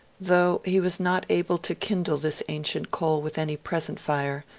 though he was not able to kindle this ancient coal with any present fire,